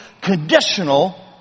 conditional